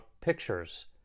pictures